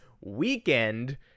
weekend